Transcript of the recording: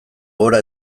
gora